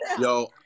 Yo